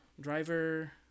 Driver